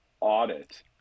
audit